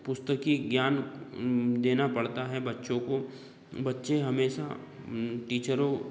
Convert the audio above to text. पुस्तकीय ज्ञान देना पड़ता है बच्चों को बच्चे हमेशा टीचरों